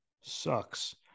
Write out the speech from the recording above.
sucks